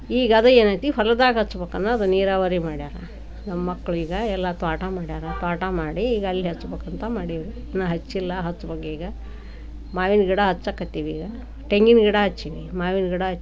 ಈಗ ಅದು ಏನೈತಿ ಹೊಲದಾಗ ಹಚ್ಬೇಕನ್ನೋದು ನೀರಾವರಿ ಮಾಡಿಯಾರ ನಮ್ಮ ಮಕ್ಕಳು ಈಗ ಎಲ್ಲ ತೋಟ ಮಾಡಿಯಾರ ತೋಟ ಮಾಡಿ ಈಗ ಅಲ್ಲಿ ಹಚ್ಬೇಕಂತ ಮಾಡೀವಿ ಇನ್ನೂ ಹಚ್ಚಿಲ್ಲ ಹಚ್ಬೇಕೀಗ ಮಾವಿನ ಗಿಡ ಹಚ್ಚೋಕತ್ತೀವಿ ಈಗ ತೆಂಗಿನ ಗಿಡ ಹಚ್ಚೀವಿ ಮಾವಿನ ಗಿಡ ಹಚ್ಚೀವಿ